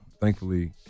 thankfully